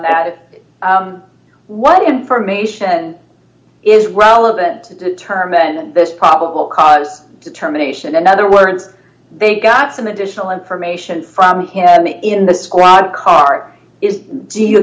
that what information is relevant to determine the probable cause four determination in other words they got some additional information from me in the squad car do you